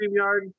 StreamYard